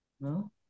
No